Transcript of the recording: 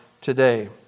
today